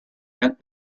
meant